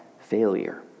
failure